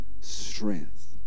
strength